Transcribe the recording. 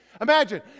Imagine